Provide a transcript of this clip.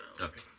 Okay